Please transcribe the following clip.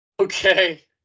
Okay